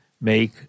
Make